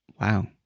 Wow